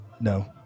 No